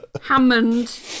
Hammond